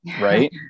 Right